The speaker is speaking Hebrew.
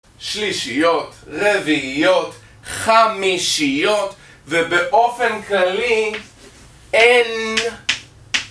שלישיות, רביעיות, חמישיות, ובאופן כללי אין...